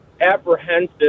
apprehensive